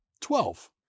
Twelve